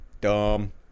Dumb